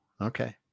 Okay